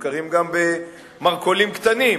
נמכרים גם במרכולים קטנים.